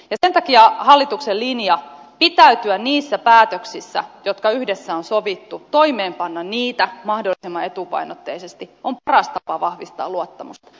sen takia hallituksen linja pitäytyä niissä päätöksissä jotka yhdessä on sovittu toimeenpanna niitä mahdollisimman etupainotteisesti on paras tapa vahvistaa luottamusta